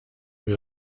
wir